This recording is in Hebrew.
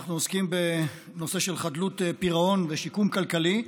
אנחנו עוסקים בנושא של חדלות פירעון ושיקום כלכלי,